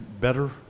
better